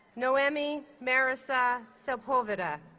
nohemi marisol sepulveda